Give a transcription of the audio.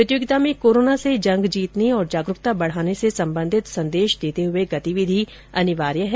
प्रतियोगिता में कोरोना से जंग जीतने और और जागरूकता बढाने से संबंधित संदेश देते हुए गतिविधि अनिवार्य हैं